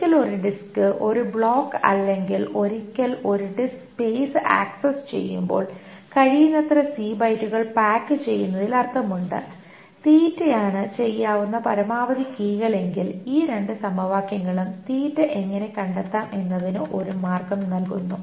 ഒരിക്കൽ ഒരു ഡിസ്ക് ഒരിക്കൽ ഒരു ബ്ലോക്ക് അല്ലെങ്കിൽ ഒരിക്കൽ ഒരു ഡിസ്ക് സ്പേസ് ആക്സസ് ചെയ്യുമ്പോൾ കഴിയുന്നത്ര സി ബൈറ്റുകൾ പായ്ക്ക് ചെയ്യുന്നതിൽ അർത്ഥമുണ്ട് തീറ്റയാണ് ചെയ്യാവുന്ന പരമാവധി കീകൾ എങ്കിൽ ഈ രണ്ട് സമവാക്യങ്ങളും തീറ്റ എങ്ങനെ കണ്ടെത്താം എന്നതിന് ഒരു മാർഗം നൽകുന്നു